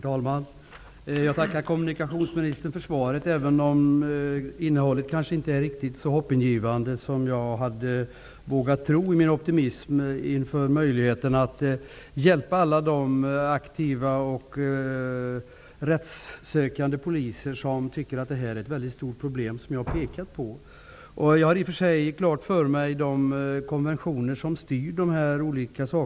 Herr talman! Jag tackar kommunikationsministern för svaret, även om innehållet kanske inte riktigt är så hoppingivande som jag hade vågat tro i min optimism inför möjligheterna att hjälpa alla de aktiva och rättssökande poliser som anser att detta är ett väldigt stort problem. Jag har i och för sig klart för mig att det är konventioner som styr i det här fallet.